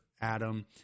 Adam